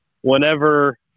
whenever